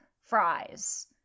fries